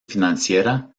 financiera